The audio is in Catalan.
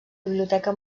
biblioteca